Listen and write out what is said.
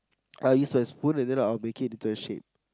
I use my spoon and then I'll make it into a shape